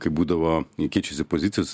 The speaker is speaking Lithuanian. kaip būdavo į keičiasi pozicijos